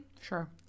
Sure